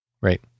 Right